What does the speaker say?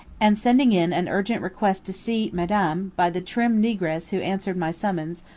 and sending in an urgent request to see madame, by the trim negress who answered my summons,